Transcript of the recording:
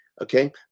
Okay